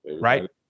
Right